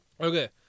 Okay